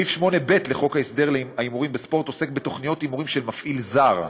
סעיף 8ב לחוק הסדר ההימורים בספורט עוסק בתוכניות הימורים של מפעיל זר.